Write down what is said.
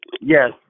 Yes